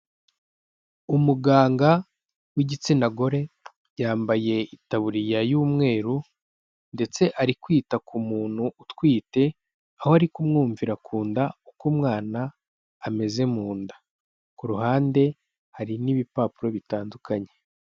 Umuganga w'igitsina gore yambaye itaburiya y'umweru ndetse ari kwita ku muntu utwite aho arikumwumvira ku nda uko umwana ameze mu nda, ku ruhande hari n'ibipapuro bitandukanye.